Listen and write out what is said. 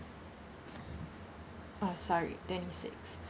oh sorry twenty sixth